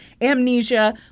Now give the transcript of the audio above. amnesia